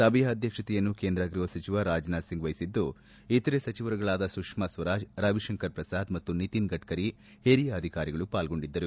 ಸಭೆಯ ಅಧ್ಲಕ್ಷತೆಯನ್ನು ಕೇಂದ್ರ ಗೃಹ ಮಂತ್ರಿ ರಾಜನಾಥ್ ಸಿಂಗ್ ವಹಿಸಿದ್ದು ಇತರೆ ಸಚಿವರುಗಳಾದ ಸುಷ್ಕಾ ಸ್ವರಾಜ್ ರವಿಶಂಕರ್ ಪ್ರಸಾದ್ ಮತ್ತು ನಿತಿನ್ ಗಡ್ಕರಿ ಹಿರಿಯ ಅಧಿಕಾರಿಗಳು ಪಾಲ್ಗೊಂಡಿದ್ದರು